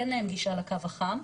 אין להן גישה לקו החם,